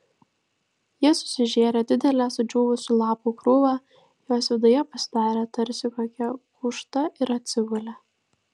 ji susižėrė didelę sudžiūvusių lapų krūvą jos viduje pasidarė tarsi kokią gūžtą ir atsigulė